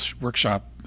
workshop